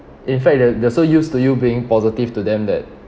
in fact that they're so used to you being positive to them that